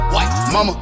Mama